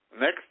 Next